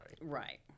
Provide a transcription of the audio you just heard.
right